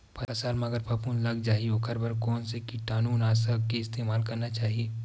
फसल म अगर फफूंद लग जा ही ओखर बर कोन से कीटानु नाशक के इस्तेमाल करना चाहि?